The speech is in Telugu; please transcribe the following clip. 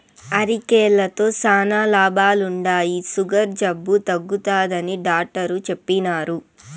అరికెలతో శానా లాభాలుండాయి, సుగర్ జబ్బు తగ్గుతాదని డాట్టరు చెప్పిన్నారు